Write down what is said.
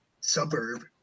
suburb